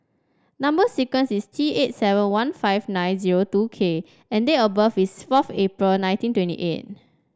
number sequence is T eight seven one five nine zero two K and date of birth is fourth April nineteen twenty eight